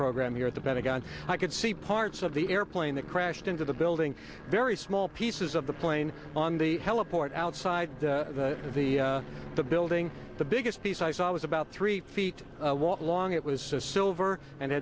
program here at the pentagon i could see parts of the airplane that crashed into the building very small pieces of the plane on the teleport outside of the the building the biggest piece i saw was about three feet long it was a silver and